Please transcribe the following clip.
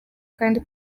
kandi